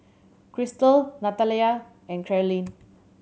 Christal Natalya and Karolyn